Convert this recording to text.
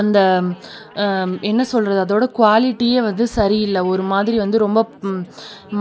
அந்த என்ன சொல்கிறது அதோடைய குவாலிட்டியே வந்து சரி இல்லை ஒரு மாதிரி வந்து ரொம்ப